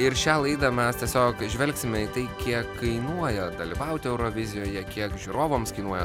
ir šią laidą mes tiesiog žvelgsime į tai kiek kainuoja dalyvauti eurovizijoje kiek žiūrovams kainuoja